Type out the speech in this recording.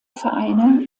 vereine